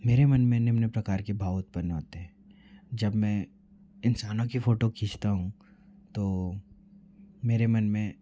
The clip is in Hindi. मेरे मन में निम्न प्रकार के भाव उत्पन्न होते हैं जब मैं इंसानों की फ़ोटो खींचता हूँ तो मेरे मन में